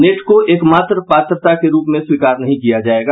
net को एकमात्र पात्रता के रूप में स्वीकार नहीं किया जायेगा